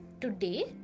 Today